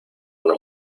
una